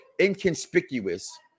inconspicuous